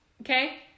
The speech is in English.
Okay